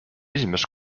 esimest